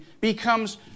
becomes